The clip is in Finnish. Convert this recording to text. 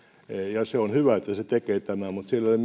ja se on hyvä että se tekee tämän mutta se ei ole